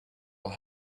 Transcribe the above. will